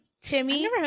Timmy